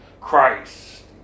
Christ